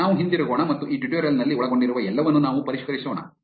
ನಾವು ಹಿಂತಿರುಗೋಣ ಮತ್ತು ಈ ಟ್ಯುಟೋರಿಯಲ್ ನಲ್ಲಿ ಒಳಗೊಂಡಿರುವ ಎಲ್ಲವನ್ನೂ ನಾವು ಪರಿಷ್ಕರಿಸೋಣ